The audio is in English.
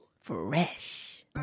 fresh